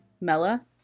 Mella